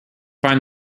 find